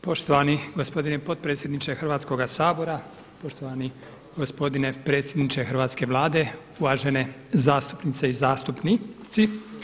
Poštovani gospodine potpredsjedniče Hrvatskoga sabora, poštovani gospodine predsjedniče hrvatske Vlade, uvažene zastupnice i zastupnici.